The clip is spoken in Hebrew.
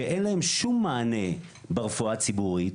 שאין להם שום מענה ברפואה הציבורית,